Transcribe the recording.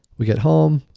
we get home,